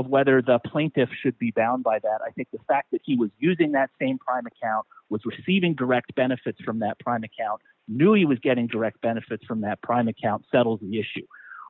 of whether the plaintiffs should be bound by that i think the fact that he was using that same crime account was receiving direct benefits from that trying to cal knew he was getting direct benefits from that prime account settled